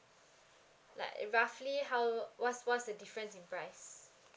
like roughly how what's what's the difference in price